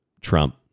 Trump